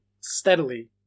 steadily